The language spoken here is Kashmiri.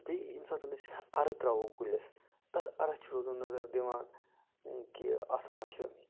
تہٕ بیٚیہِ ییٚمہِ ساتہٕ أسۍ اَرِ تراوو کُلِس تتھ اَرَس چھِ روزُن نَظر دِوان کہِ اتھ ما چھ